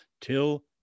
till